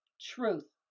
truth